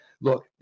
Look